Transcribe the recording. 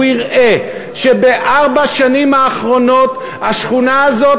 הוא יראה שבארבע השנים האחרונות השכונה הזאת